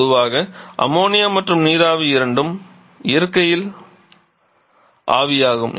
பொதுவாக அம்மோனியா மற்றும் நீராவி இரண்டும் இயற்கையில் ஆவியாகும்